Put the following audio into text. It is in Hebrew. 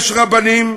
יש רבנים,